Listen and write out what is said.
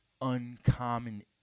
Uncommon